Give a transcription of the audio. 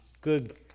good